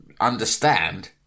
understand